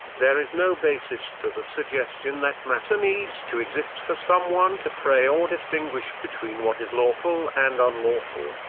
there is no basis to the suggestion that matter needs to exist for someone to pray or distinguish between what is lawful and unlawful.